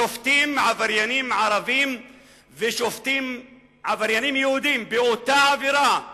שופטים עבריינים ערבים ושופטים עבריינים יהודים באותה עבירה אבל,